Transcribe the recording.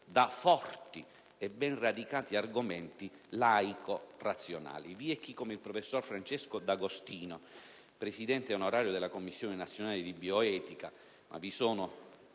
da forti e ben radicati argomenti laico-razionali. Vi è chi come il professor Francesco D'Agostino, presidente onorario del Comitato nazionale per la bioetica (ma vi sono